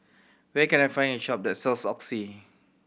where can I find a shop that sells Oxy